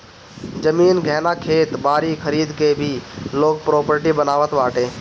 जमीन, गहना, खेत बारी खरीद के भी लोग प्रापर्टी बनावत बाटे